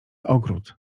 ogród